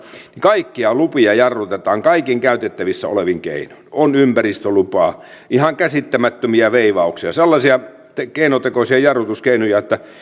kaikkia lupia jarrutetaan kaikin käytettävissä olevin keinoin on ympäristölupaa ihan käsittämättömiä veivauksia sellaisia keinotekoisia jarrutuskeinoja